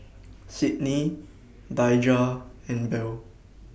Cydney Daija and Bell